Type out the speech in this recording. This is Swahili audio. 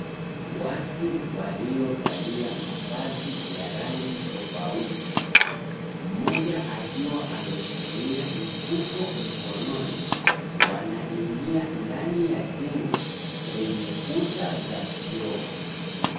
Watu waliovalia mavazi ya rangi tofauti mmoja akiwa ameshikilia mfuko mkononi, wanaingia ndani ya jengo lenye kuta za vioo.